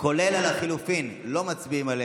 כולל על החלופין, לא מצביעים.